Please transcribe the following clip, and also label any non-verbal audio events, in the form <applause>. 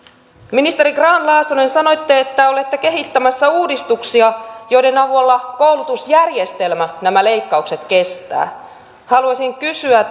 ministeri grahn laasonen sanoitte että olette kehittämässä uudistuksia joiden avulla koulutusjärjestelmä nämä leikkaukset kestää haluaisin kysyä <unintelligible>